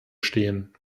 stehen